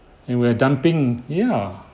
and we're dumping ya